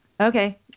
Okay